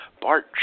Bart